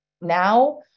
now